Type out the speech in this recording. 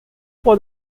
for